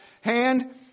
hand